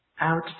out